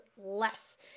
less